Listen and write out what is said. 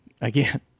again